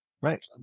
right